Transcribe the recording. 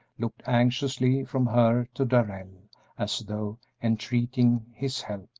looked anxiously from her to darrell as though entreating his help.